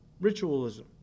Ritualism